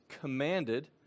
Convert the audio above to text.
commanded